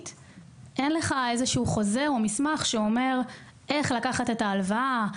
אין חוזה או מסמך שאומר איך לקחת את ההלוואה,